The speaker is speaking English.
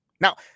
Now